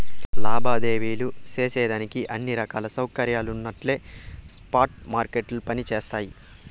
లావాదేవీలు సేసేదానికి అన్ని రకాల సౌకర్యాలున్నచోట్నే స్పాట్ మార్కెట్లు పని జేస్తయి